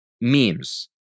memes